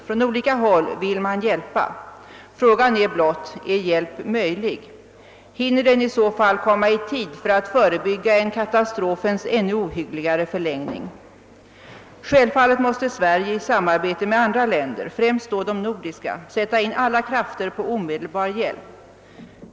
Från olika håll vill man hjälpa. Frågan är blott: är hjälp möjlig? Hinner den i så fall komma i tid för att förebygga en katastrofens ännu ohyggligare förlängning? Självfallet måste Sverige i samarbete med andra länder, främst då de nordiska, sätta in alla krafter på omedelbar hjälp.